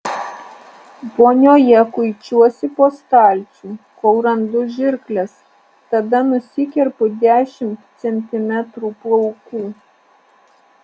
vonioje kuičiuosi po stalčių kol randu žirkles tada nusikerpu dešimt centimetrų plaukų